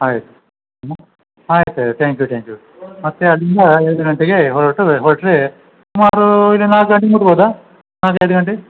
ಆಯಿತು ಆಯ್ತು ಆಯ್ತು ತ್ಯಾಂಕ್ ಯು ತ್ಯಾಂಕ್ ಯು ಮತ್ತು ಅಲ್ಲಿಂದ ಎರಡು ಗಂಟೆಗೆ ಹೊರಟು ಹೊರಟ್ರೆ ಸುಮಾರು ಇಲ್ಲಿ ನಾಲ್ಕು ಗಂಟೆಗೆ ಮುಟ್ಬೋದಾ ನಾಲ್ಕೈದು ಗಂಟೆ